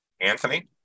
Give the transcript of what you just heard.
Anthony